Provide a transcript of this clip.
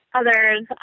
other's